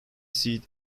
seat